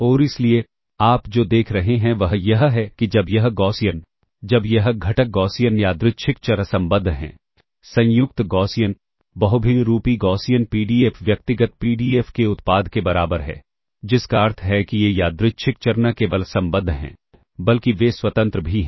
और इसलिए आप जो देख रहे हैं वह यह है कि जब यह गौसियन जब यह घटक गौसियन यादृच्छिक चर असंबद्ध हैं संयुक्त गौसियन बहुभिन्नरूपी गौसियन पीडीएफ व्यक्तिगत पीडीएफ के उत्पाद के बराबर है जिसका अर्थ है कि ये यादृच्छिक चर न केवल असंबद्ध हैं बल्कि वे स्वतंत्र भी हैं